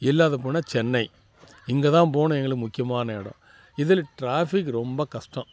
இல்லாத போனால் சென்னை இங்கே தான் போகணும் எங்களுக்கு முக்கியமான இடம் இதில் டிராஃபிக் ரொம்ப கஷ்டம்